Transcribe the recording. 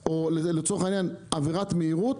או לצורך העניין עבירת מהירות.